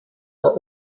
are